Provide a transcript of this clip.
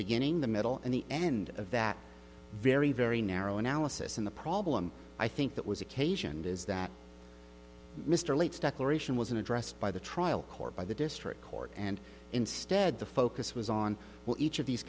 beginning the middle and the end of that very very narrow analysis and the problem i think that was occasioned is that mr late stuck aeration wasn't addressed by the trial court by the district court and instead the focus was on each of these